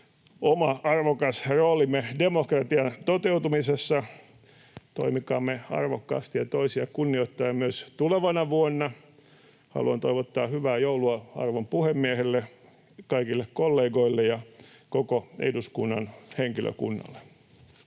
oma, arvokas roolimme demokratian toteutumisessa. Toimikaamme arvokkaasti ja toisia kunnioittaen myös tulevana vuonna. Haluan toivottaa hyvää joulua arvon puhemiehelle, kaikille kollegoille ja koko eduskunnan henkilökunnalle.